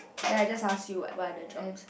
then I just ask you what what other jobs